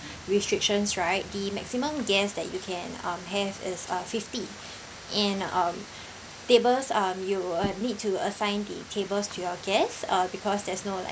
restrictions right the maximum guests that you can um have is uh fifty and um tables um you will need to assign the tables to your guests uh because there's no like